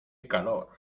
calor